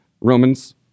Romans